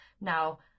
Now